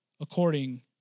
according